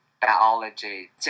biology